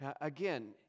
Again